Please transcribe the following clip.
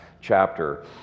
chapter